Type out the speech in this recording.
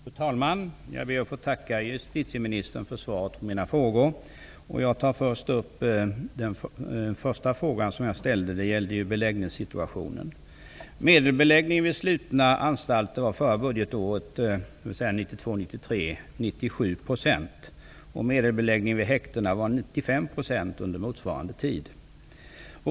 Fru talman! Jag ber att få tacka justitieministern för svaret på mina frågor. Jag tar först upp den första frågan om beläggningssituationen. Förra budgetåret, 1992/93, var medelbeläggningen vid slutna anstalter 97 %. Medelbeläggningen på häktena var 95 % under motsvarande tid.